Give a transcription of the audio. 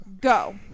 Go